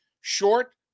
Short